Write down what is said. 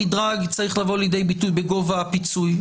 המדרג צריך לבוא לידי ביטוי בגובה הפיצוי.